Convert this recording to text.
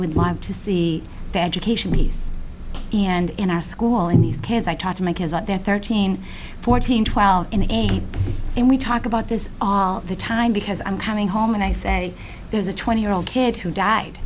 would love to see the education piece and in our school in these kids i talk to my kids out there thirteen fourteen twelve and eight and we talk about this all the time because i'm coming home and i say there's a twenty year old kid who died